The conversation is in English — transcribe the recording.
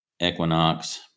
equinox